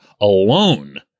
alone